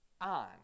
on